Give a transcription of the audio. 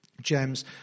James